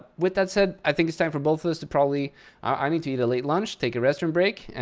with that said, i think it's time for both of us to probably i need to eat a late lunch, take a restroom break,